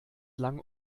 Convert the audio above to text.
lang